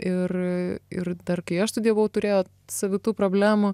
ir ir dar kai aš studijavau turėjo savitų problemų